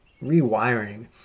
rewiring